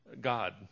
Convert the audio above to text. god